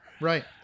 right